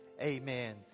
amen